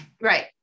Right